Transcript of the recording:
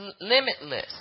limitless